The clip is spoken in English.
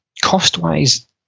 cost-wise